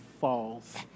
falls